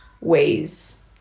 ways